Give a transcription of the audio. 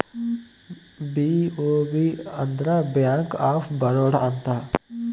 BOB ಅಂದ್ರ bank of Baroda ಅಂತ